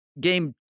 game